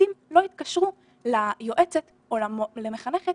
התלמידים לא יתקשרו ליועצת או למחנכת